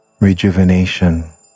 rejuvenation